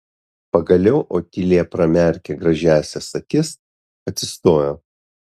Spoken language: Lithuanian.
pagaliau otilija pramerkė gražiąsias akis atsistojo